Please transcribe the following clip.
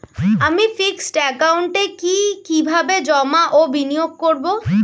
আমি ফিক্সড একাউন্টে কি কিভাবে জমা ও বিনিয়োগ করব?